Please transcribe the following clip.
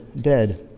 dead